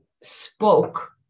spoke